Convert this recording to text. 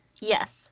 Yes